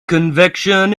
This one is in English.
convection